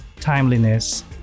timeliness